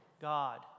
God